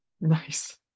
nice